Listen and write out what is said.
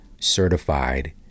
certified